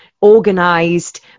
organized